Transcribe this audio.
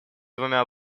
двумя